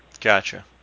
Gotcha